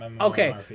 Okay